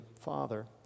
father